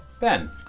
Ben